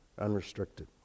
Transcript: unrestricted